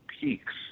peaks